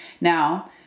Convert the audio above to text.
Now